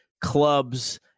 clubs